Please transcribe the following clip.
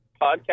podcast